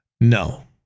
No